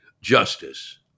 Justice